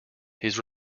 his